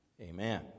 Amen